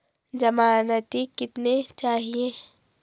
ज़मानती कितने चाहिये?